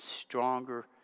stronger